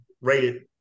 rated